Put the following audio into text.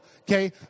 okay